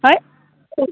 ओमफ्राय कइ